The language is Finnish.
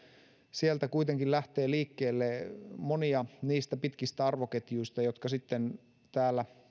sieltä kuitenkin lähtee liikkeelle monia niistä pitkistä arvoketjuista jotka sitten täällä